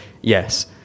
yes